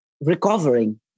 recovering